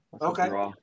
Okay